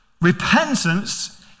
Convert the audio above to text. Repentance